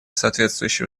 соответствующие